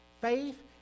Faith